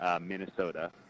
Minnesota